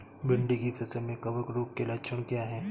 भिंडी की फसल में कवक रोग के लक्षण क्या है?